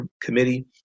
Committee